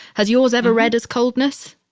has yours ever read as coldness?